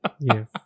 yes